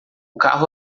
carro